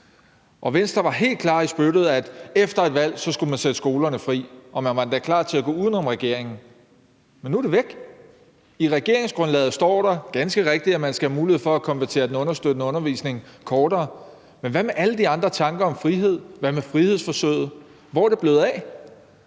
Venstre var helt klar i spyttet og sagde, at efter et valg skulle man sætte skolerne fri, og man var endda klar til at gå uden om regeringen. Men nu er det væk. I regeringsgrundlaget står der ganske rigtigt, at man skal have mulighed for at gøre den understøttende undervisning kortere, men hvad med alle de andre tanker om frihed? Hvad med frihedsforsøget? Hvor er det blevet af?